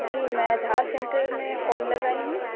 جی میں آدھار سینٹر میں کال لگائی ہوں